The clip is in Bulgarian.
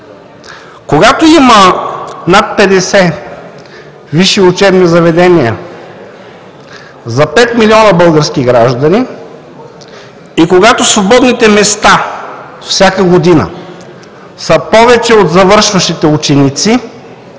Когато има над 50 висши учебни заведения за 5 милиона български граждани и когато свободните места всяка година са повече от завършващите ученици,